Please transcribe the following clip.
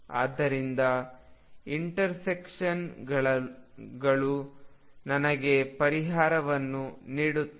ಆದ್ದರಿಂದ ಇಂಟರ್ಸೆಕ್ಷನ್ಗಳು ನನಗೆ ಪರಿಹಾರಗಳನ್ನು ನೀಡುತ್ತವೆ